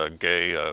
ah gay. ah